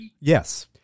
Yes